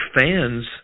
fans